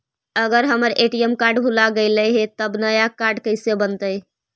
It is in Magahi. अगर हमर ए.टी.एम कार्ड भुला गैलै हे तब नया काड कइसे बनतै?